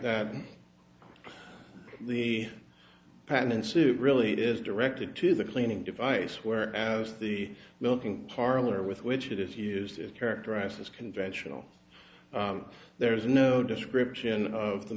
that the patent suit really is directed to the cleaning device where as the milking parlor with which it is used it characterizes conventional there is no description of the